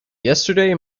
yesterday